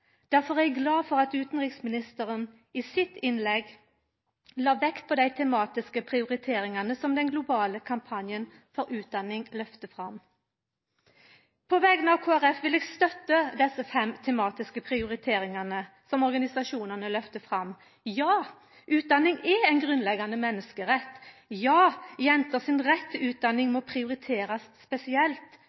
er eg glad for at utanriksministeren i sitt innlegg la vekt på dei tematiske prioriteringane som den globale kampanjen for utdanning løfter fram. På vegner av Kristeleg Folkeparti vil eg støtta desse fem tematiske prioriteringane som organisasjonane løfter fram: Ja, utdanning er ein grunnleggjande menneskerett. Ja, jenter sin rett til utdanning må prioriterast spesielt.